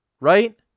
right